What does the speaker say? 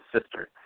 sister